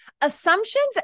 Assumptions